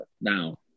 Now